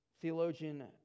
Theologian